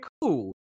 cool